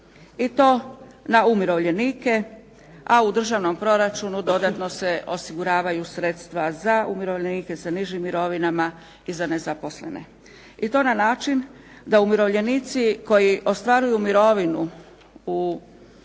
i to na umirovljenike a u državnom proračunu dodatno se osiguravaju sredstva za umirovljenike sa nižim mirovinama i za nezaposlene i to na način da umirovljenici koji ostvaruju mirovinu u idućoj